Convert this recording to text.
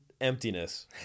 emptiness